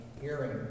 hearing